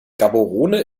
gaborone